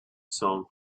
sound